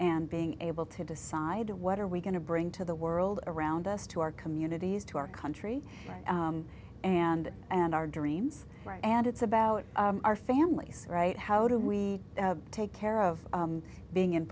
and being able to decide what are we going to bring to the world around us to our communities to our country and and our dreams and it's about our families right how do we take care of being in